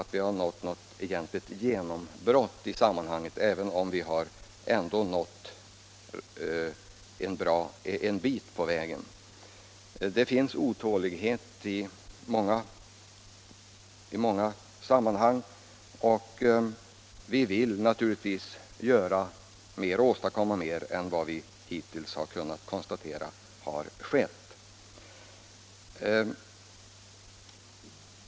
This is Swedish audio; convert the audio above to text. Det finns otålighet i många sammanhang över dröjsmålet med ändrade värderingar och vi vill naturligtvis alla åstadkomma mera än vad vi hittills har kunnat konstatera har skett.